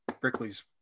Brickley's